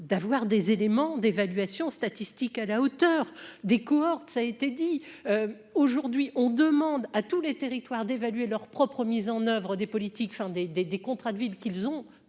d'avoir des éléments d'évaluation statistique à la hauteur des cohortes ça été dit aujourd'hui on demande à tous les territoires d'évaluer leurs propres mise en oeuvre des politiques enfin des, des, des contrats de ville qu'ils ont